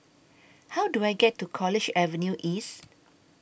How Do I get to College Avenue East